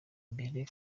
imbere